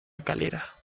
calera